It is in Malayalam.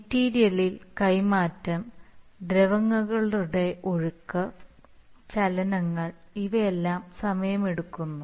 മെറ്റീരിയൽ കൈമാറ്റം ദ്രാവകങ്ങളുടെ ഒഴുക്ക് ചലനങ്ങൾ ഇവയെല്ലാം സമയമെടുക്കുന്നു